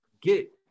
get